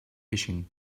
fishing